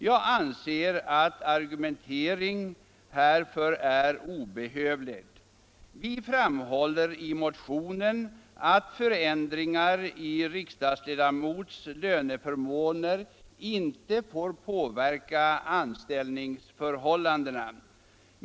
Jag anser att argumentering härför är obehövlig. Vi framhåller i motionen att förändringar i riksdagsledamots löneförmåner inte får påverka anställningsförhållandena.